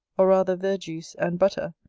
or rather verjuice and butter,